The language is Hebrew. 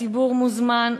הציבור מוזמן,